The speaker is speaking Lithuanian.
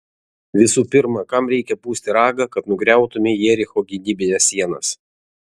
visų pirma kam reikia pūsti ragą kad nugriautumei jericho gynybines sienas